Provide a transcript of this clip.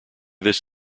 this